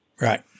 Right